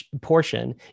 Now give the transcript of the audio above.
portion